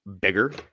bigger